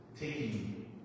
taking